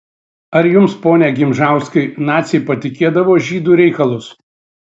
ar jums pone gimžauskai naciai patikėdavo žydų reikalus